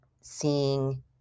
seeing